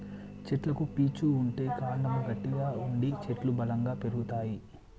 చెట్లకు పీచు ఉంటే కాండము గట్టిగా ఉండి చెట్లు బలంగా పెరుగుతాయి